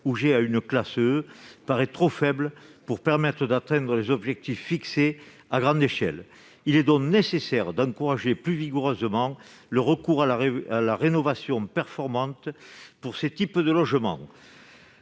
ou G à une classe E paraît trop faible pour permettre d'atteindre les objectifs fixés à grande échelle. Il est donc nécessaire d'encourager plus vigoureusement la rénovation performante de ce type de logements.